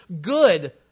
good